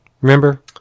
Remember